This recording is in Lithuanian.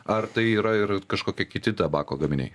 ar tai yra ir kažkokie kiti tabako gaminiai